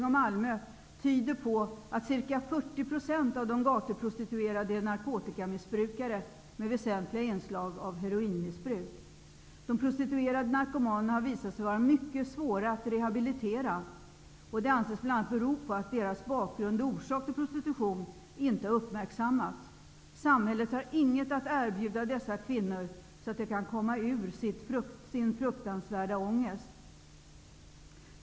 Malmö tyder på att ca 40 % av de gatuprostituerade är narkotikamissbrukare med väsentliga inslag av heroinmissbruk. De prostituerade narkomanerna har visat sig vara mycket svåra att rehabilitera. Det anses bl.a. bero på att deras bakgrund och orsak till prostitution inte har uppmärksammats. Samhället har inget att erbjuda dessa kvinnor så att de kan komma ur sin fruktansvärda ångest.